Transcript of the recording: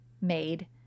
made